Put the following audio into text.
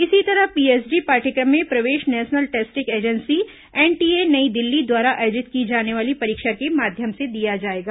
इसी तरह पीएचडी पाठ्यक्रम में प्रवेश national testing agency NTA New Delhi द्वारा आयोजित की जाने वाली परीक्षा के माध्यम से दिया जाएगा